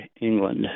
England